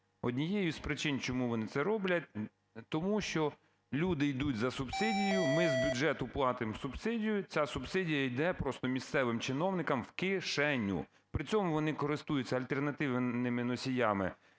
Однією з причин, чому вони це роблять, тому що люди йдуть за субсидією, ми з бюджету платимо субсидію, ця субсидія йде просто місцевим чиновникам в кишеню. При цьому вони користуються альтернативними носіями